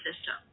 system